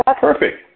perfect